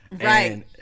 Right